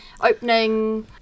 opening